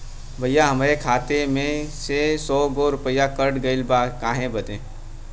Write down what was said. भईया हमरे खाता मे से सौ गो रूपया कट गइल बा काहे बदे?